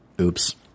Oops